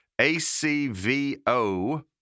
ACVO